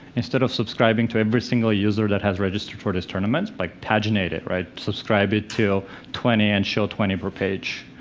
instead of subscribing to every single user that has registered for this tournament like paginated right, subscribe it til twenty and show twenty per page.